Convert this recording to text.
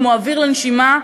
כמו אוויר לנשימה,